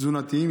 תזונתיים,